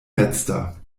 letzter